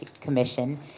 Commission